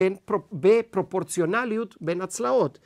‫בפרופורציונליות בן הצלעות.